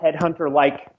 headhunter-like